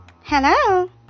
Hello